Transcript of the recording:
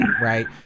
right